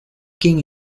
king